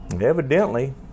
Evidently